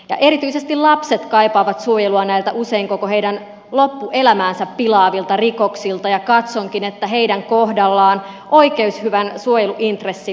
ja erityisesti lapset kaipaavat suojelua näiltä usein koko heidän loppuelämäänsä pilaavilta rikoksilta ja katsonkin että heidän kohdallaan oikeushyvän suojeluintressi korostuu